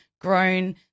grown